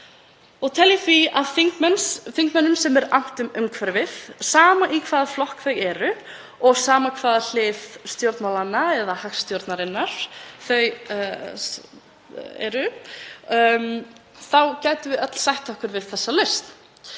og tel að þingmenn, sem er annt um umhverfið, sama í hvaða flokki þau eru og sama á hvaða hlið stjórnmálanna eða hagstjórnarinnar þau eru, geti öll sætt sig við þessa lausn.